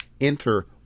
enter